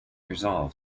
resolve